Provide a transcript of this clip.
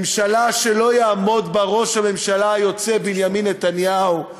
ממשלה שלא יעמוד בה ראש הממשלה היוצא בנימין נתניהו,